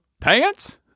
Pants